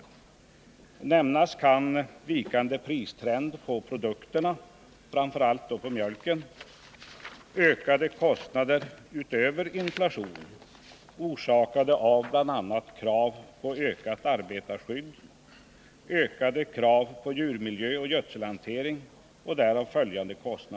Som exempel kan nämnas vikande pristrend på produkterna, framför allt på mjölken, ökade kostnader utöver inflationen orsakade av bl.a. krav på ökat arbetarskydd samt ökade krav på djurmiljö och gödselhantering.